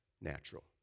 natural